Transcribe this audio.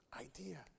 idea